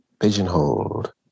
pigeonholed